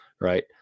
right